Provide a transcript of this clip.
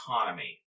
economy